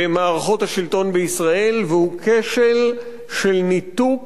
במערכות השלטון בישראל, והוא כשל של ניתוק,